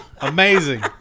Amazing